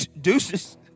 Deuces